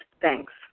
Thanks